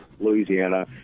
Louisiana